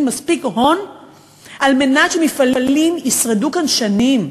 מספיק הון על מנת שמפעלים ישרדו כאן שנים.